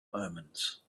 omens